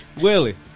Willie